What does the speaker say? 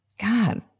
God